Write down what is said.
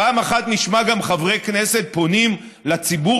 פעם אחת נשמע גם חברי כנסת פונים לציבור